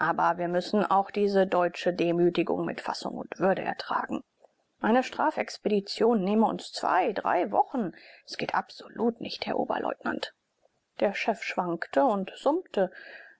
aber wir müssen auch diese deutsche demütigung mit fassung und würde ertragen eine strafexpedition nähme uns zwei drei wochen es geht absolut nicht herr oberleutnant der chef schwankte und summte